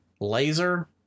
laser